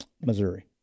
Missouri